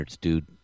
dude